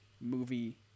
movie